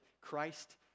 Christ